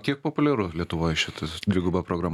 kiek populiaru lietuvoj šitas dviguba programa